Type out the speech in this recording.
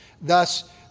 Thus